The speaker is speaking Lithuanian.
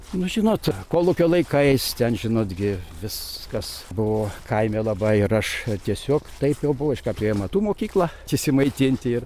nu žinot kolūkio laikais ten žinot gi viskas buvo kaime labai ir aš tiesiog taip jau buvo iš karto į amatų mokyklą išsimaitinti ir